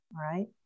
right